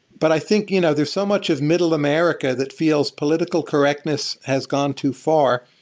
but i think you know there's so much of middle america that feels political correctness has gone too far,